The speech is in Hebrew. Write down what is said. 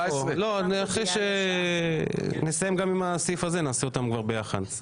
לא, נסיים גם עם הסעיף הזה, נעשה אותם כבר ביחד.